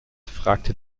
fragte